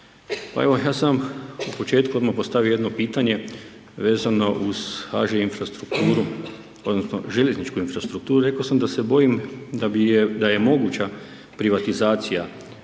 Ja sam na početku postavio odmah jedno pitanje, vezano uz HŽ infrastrukturu, odnosno, željezničku infrastrukturu, rekao sam da se bojim, da je moguće privatizacija željezničke infrastrukture.